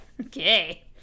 Okay